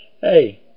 hey